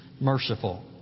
merciful